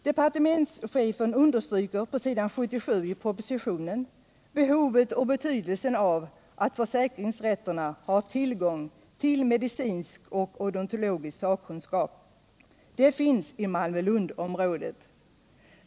Departementschefen understryker på s. 77 i propositionen behovet och betydelsen av att försäkringsrätterna har tillgång till medicinsk och odontologisk sakkunskap. Den finns i Malmö-Lundområdet.